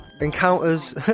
Encounters